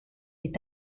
est